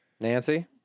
Nancy